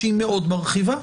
שהיא מאוד מרחיבה,